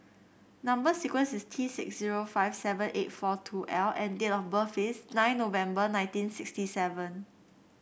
number sequence is T six zero five seven eight four two L and date of birth is nine November nineteen sixty seven